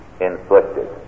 inflicted